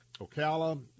Ocala